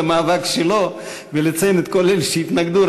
המאבק שלו ולציין את כל אלה שהתנגדו,